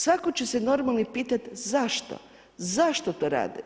Svatko će se normalni pitati zašto, zašto to rade?